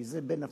כי זה בנפשנו.